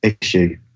issue